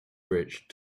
bridge